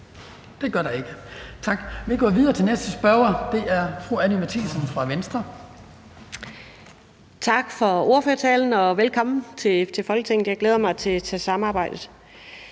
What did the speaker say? Det gør der ikke. Tak. Vi går videre til næste spørger, og det er fru Anni Matthiesen fra Venstre. Kl. 11:40 Anni Matthiesen (V): Tak for ordførertalen, og velkommen til Folketinget. Jeg glæder mig til samarbejdet.